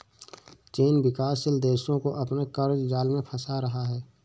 चीन विकासशील देशो को अपने क़र्ज़ जाल में फंसा रहा है